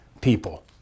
people